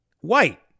white